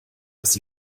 was